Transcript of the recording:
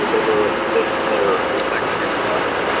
ah number of positions that are reflected in their budget.